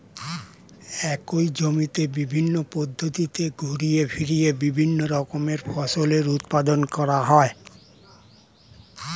একই জমিতে বিভিন্ন পদ্ধতিতে ঘুরিয়ে ফিরিয়ে বিভিন্ন রকমের ফসলের উৎপাদন করা হয়